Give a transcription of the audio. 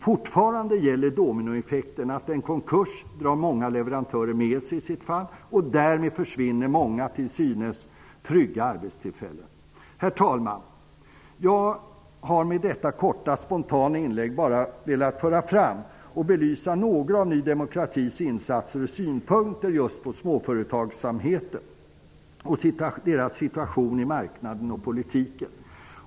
Fortfarande gäller dominoeffekten -- en konkurs drar många leverantörer med sig i fallet, och därmed försvinner många till synes trygga arbetstillfällen. Herr talman! Jag har med detta korta spontana inlägg bara velat föra fram och belysa några av Ny demokratis insatser och synpunkter vad gäller just småföretagen och deras situation på marknaden och i politiken.